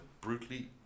brutally